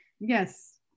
Yes